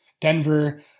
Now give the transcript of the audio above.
Denver